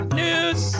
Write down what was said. news